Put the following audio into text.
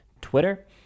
Twitter